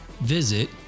visit